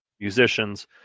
musicians